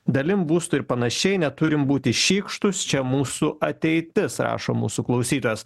dalim būstui ir panašiai neturim būti šykštūs čia mūsų ateitis rašo mūsų klausytojas